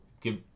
give